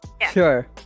Sure